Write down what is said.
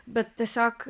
bet tiesiog